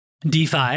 DeFi